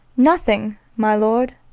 nothing, my lord.